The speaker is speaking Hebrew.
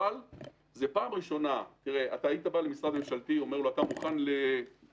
בעבר היית בא למשרד ממשלתי ושואל: אתה מוכן למלחמה?